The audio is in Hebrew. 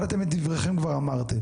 אבל אתם את דבריכם כבר אמרתם.